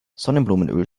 sonnenblumenöl